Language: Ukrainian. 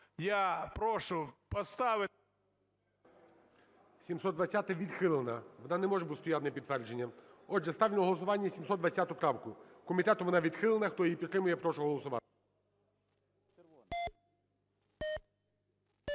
Я прошу поставити… ГОЛОВУЮЧИЙ. 720-а відхилена, вона не може стояти на підтвердження. Отже, ставлю на голосування 720 правку. Комітетом вона відхилена. Хто її підтримує, прошу голосувати.